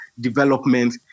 development